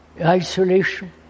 isolation